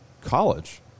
college